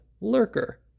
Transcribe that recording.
lurker